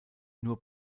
nur